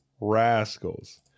rascals